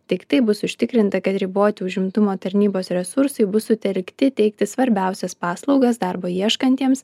tik taip bus užtikrinta kad riboti užimtumo tarnybos resursai bus sutelkti teikti svarbiausias paslaugas darbo ieškantiems